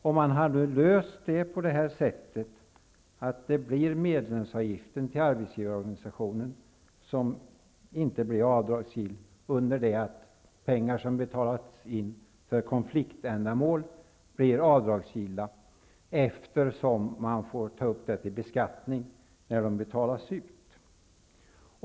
Det har nu lösts så att det blir medlemsavgiften till arbetsgivarorganisationen som inte blir avdragsgill under det att pengar som betalats in för konfliktändamål blir avdragsgilla, eftersom man får ta upp dem till beskattning när de betalas ut.